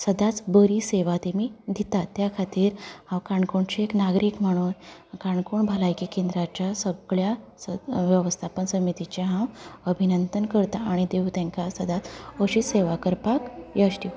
सदांच बरी सेवा तेमी दितात त्या खातीर हांव काणकोणचें एक नागरीक म्हणून काणकोण भलायकी केंद्राच्या सगळ्या वेवस्थापन समितीचें हांव अभिनंदन करता आनी देव तेंका सदांच अशीच सेवा करपाक यश दिवं